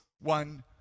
one